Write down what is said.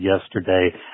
yesterday